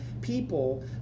people